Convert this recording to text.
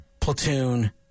platoon